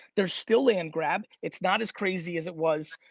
there's still land grab, it's not as crazy as it was,